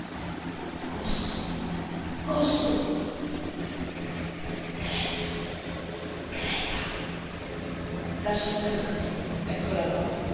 gosto gosto crepa crepa la sciagura massima eccola là